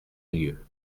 lieu